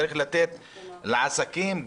צריך לתת לעסקים לפעול,